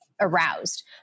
aroused